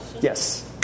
Yes